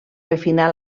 refinar